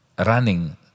running